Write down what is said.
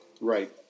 Right